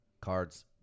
Cards